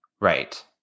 Right